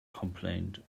complained